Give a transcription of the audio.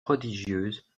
prodigieuse